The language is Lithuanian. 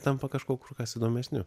tampa kažkuo kur kas įdomesniu